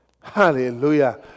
Hallelujah